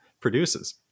produces